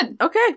Okay